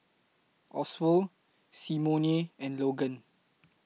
Oswald Simone and Logan